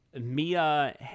Mia